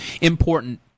Important